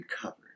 covered